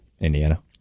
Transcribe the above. Indiana